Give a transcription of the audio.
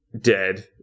dead